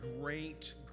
great